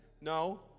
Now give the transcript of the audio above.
No